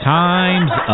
time's